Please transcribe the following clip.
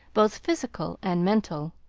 both physical and mental,